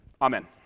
Amen